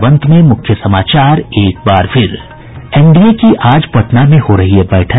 और अब अंत में मुख्य समाचार एनडीए की आज पटना में हो रही है बैठक